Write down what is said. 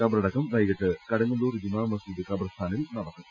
കബറടക്കം വൈകീട്ട് കടുങ്ങല്ലൂർ ജുമാമസ്ജിദ് കബർസ്ഥാനിൽ നടത്തും